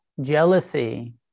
jealousy